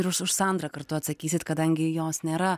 ir už už sandrą kartu atsakysit kadangi jos nėra